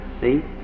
see